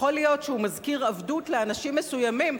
יכול להיות שהוא מזכיר "עבדות" לאנשים מסוימים.